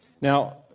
Now